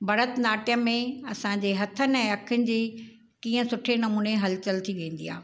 भरत नाट्यम में असांजे हथनि ऐं अखियुनि जी कीअं सुठे नमूने हलचल थी वेंदी आहे